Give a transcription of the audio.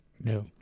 No